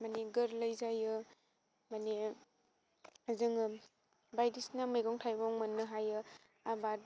माने गोरलै जायो माने जोङो बायदिसिना मैगं थाइगं मोननो हायो आबाद